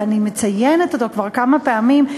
ואני מציינת אותו כבר כמה פעמים,